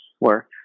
work